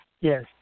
Yes